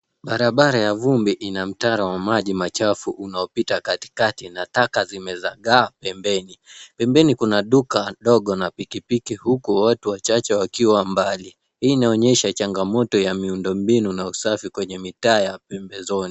Barabara ya vumbi ina mtaro wa maji machafu unaopita katikati na taka zimezagaa pembeni. Pembeni kuna duka dogo na pikipiki huku watu wachache wakiwa mbali. Hii inaonyesha changamoto ya miundo mbinu na usafi kwenye mitaa ya pembezoni.